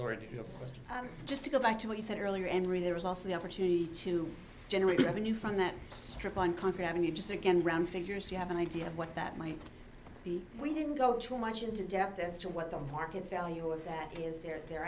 question just to go back to what you said earlier and really there was also the opportunity to generate revenue from that strip on contracting you just again round figures you have an idea of what that might be we didn't go too much into depth as to what the market value of that is there the